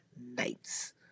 nights